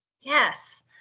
Yes